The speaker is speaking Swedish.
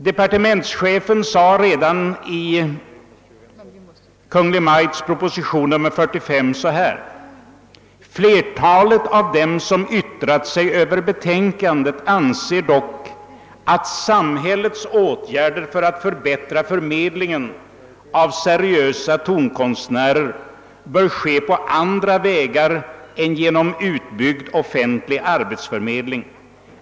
I propositionen nr 45 framhålles bl.a. följande: »Flertalet av dem som yttrat sig över betänkandet anser dock att samhällets åtgärder för att förbättra förmedlingen av seriösa tonkonstnärer bör ske på andra vägar än genom utbyggd offentlig arbetsförmedling.